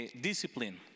discipline